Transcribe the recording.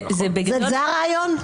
זה הרעיון?